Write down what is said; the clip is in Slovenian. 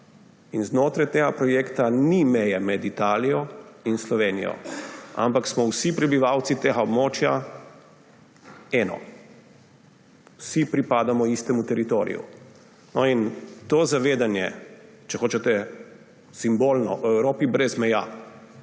In znotraj tega projekta ni meje med Italijo in Slovenijo, ampak smo vsi prebivalci tega območja eno, vsi pripadamo istemu teritoriju. In to zavedanje, če hočete simbolno, o Evropi brez meja